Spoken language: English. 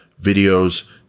videos